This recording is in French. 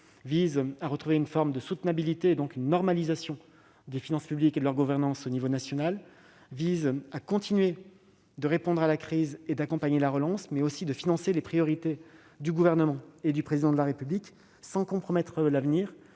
est de revenir à une forme de soutenabilité, donc à une normalisation des finances publiques et de leur gouvernance à l'échelle nationale. Nous voulons continuer à répondre à la crise et accompagner la relance, mais aussi financer les priorités du Gouvernement et du Président de la République, sans compromettre l'avenir.